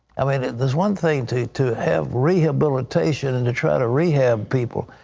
i mean it is one thing to to have rehabilitation and to try to rehab people,